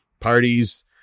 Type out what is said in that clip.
parties